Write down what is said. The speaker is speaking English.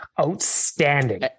outstanding